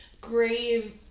grave